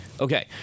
Okay